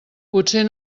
potser